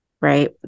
Right